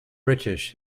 british